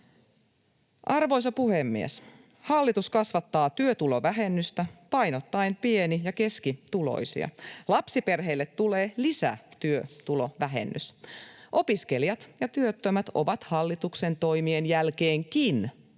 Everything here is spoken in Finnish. Arvoisa puhemies! Hallitus kasvattaa työtulovähennystä painottaen pieni‑ ja keskituloisia. Lapsiperheille tulee lisätyötulovähennys. Opiskelijat ja työttömät ovat hallituksen toimien jälkeenkin hyvässä